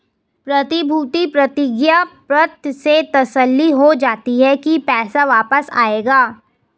प्रतिभूति प्रतिज्ञा पत्र से तसल्ली हो जाती है की पैसा वापस आएगा